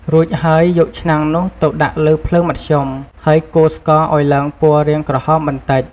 រួចហើយយកឆ្នាំងនោះទៅដាក់លើភ្លើងមធ្យម ហើយកូរស្ករឱ្យឡើងពណ៌រាងក្រហមបន្តិច។